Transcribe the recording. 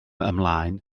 ymlaen